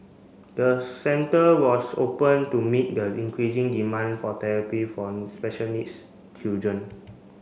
the centre was opened to meet the increasing demand for therapy for special needs children